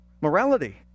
Morality